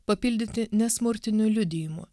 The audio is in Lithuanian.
papildyti nesmurtiniu liudijimu